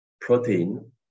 protein